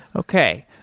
okay.